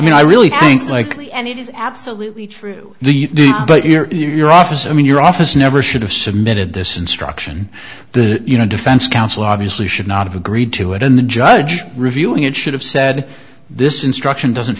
mean i really think likely and it is absolutely true but you're office i mean your office never should have submitted this instruction you know defense counsel obviously should not have agreed to it and the judge reviewing it should have said this instruction doesn't